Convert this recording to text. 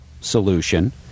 solution